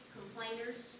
complainers